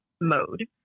mode